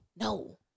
No